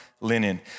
linen